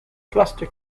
cluster